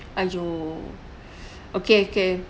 !aiyo! okay okay